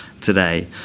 today